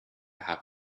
have